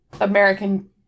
American